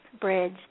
bridge